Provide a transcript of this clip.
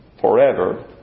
forever